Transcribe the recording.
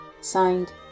Signed